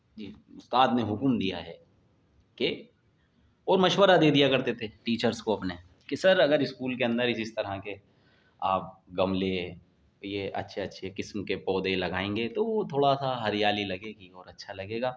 جی استاد نے حکم دیا ہے کہ اور مشورہ دے دیا کرتے تھے ٹیچرس کو اپنے کہ سر اگر اسکول کے اندر اس اس طرح کے آپ گملے یہ اچھے اچھے قسم کے پودے لگائیں گے تو وہ تھوڑا سا ہریالی لگے گی اور اچھا لگے گا